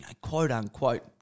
quote-unquote